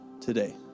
today